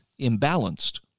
imbalanced